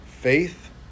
faith